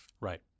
right